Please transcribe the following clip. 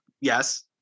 Yes